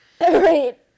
Right